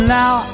now